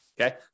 Okay